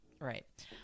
right